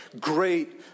great